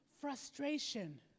frustration